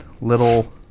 little